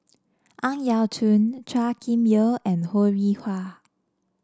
Ang Yau Choon Chua Kim Yeow and Ho Rih Hwa